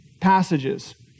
passages